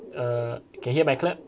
err can hear my clap